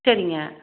சரிங்க